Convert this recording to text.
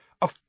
Of